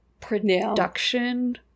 production